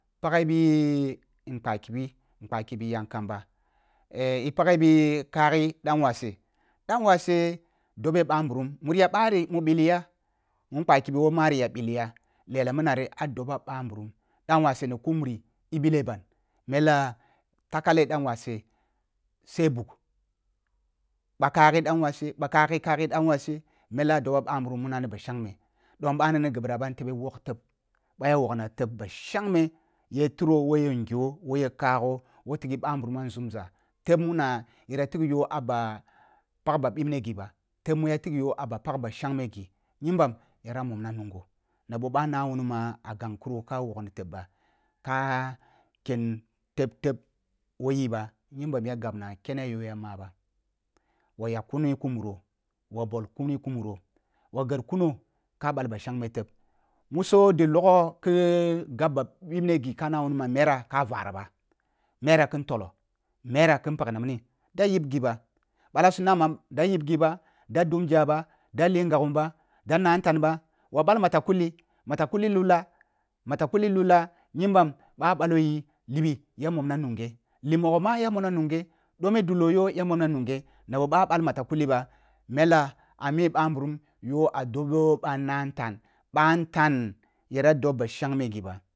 Paghe bi nkpakibi – nkpakibi yang kam ba i paghe bi kagh danuawse – danwase dibe ɓanburum muri ya bail mu bilí ya nkpakibi won mariya bil yah lela mini nari ah doba ɓa nburum dan wase ni ku muri i bile ban mella takale danwase seh buk ɓa kaghi dan wase ɓa kaghi – laghi dan wasep mela doba ba nburum mina ba shangme dom banu ni ghi ɓira ba ni tebe wog teb ɓah ya wogna teb bah shangme ye tiro woh yen ngyo woh ye kagho woh tighi ba nburum mun’a nzumza teb muna yara tig yo ah ba bibne ghi ba teb mu ya tig yo ah ba pag ba shangme ghi nyimbam yara momna nungho na bou ɓa nan wuni mah a gan kro ka wogir teb bu ka ken teb teb woh ji ba nyimban ya gabna kena yo ya maba wa yak kuni ku muro wa bol kuni ku muro wa gar kuno ka ɓal ba shangme teb musi ɗi logho ki gab ba bibne ghi ka na wuni ma mera ka vari ba mere kin tolo mera kin pag na mini da yib ghi ba ɓala si na ma da yib ghi ba da dum gya ba da li ngagum ba da nah ntan ba wa ɓal matakuki matakulli lulla-matakulli lullah nyimbam ɓa ɓalo yi nyimbam libi yah momna nunghe ɗome dulo yoh ya momna nunghe na boh ba ɓal matakulli ba mella ami ɓa nburum yo ah dobo ɓa nna ntan ɓa nna ntan jra dob ba shangme ghi ba